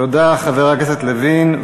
תודה לחבר הכנסת לוין.